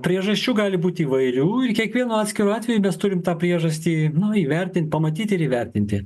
priežasčių gali būt įvairių ir kiekvienu atskiru atveju mes turim tą priežastį įvertint pamatyt ir įvertinti